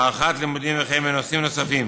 הארכת לימודים ובנושאים נוספים.